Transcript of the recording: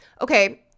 okay